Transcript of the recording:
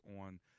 on